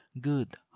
good